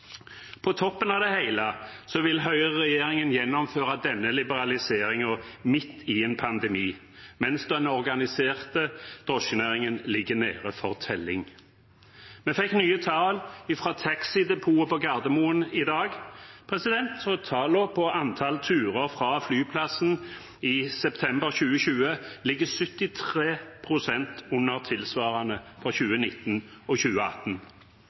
det hele vil høyreregjeringen gjennomføre denne liberaliseringen midt i en pandemi, mens den organiserte drosjenæringen ligger nede for telling. Vi fikk nye tall fra Taxi Depot på Gardermoen i dag. Tallene på antall turer fra flyplassen i september 2020 ligger 73 pst. under tilsvarende for 2019 og 2018.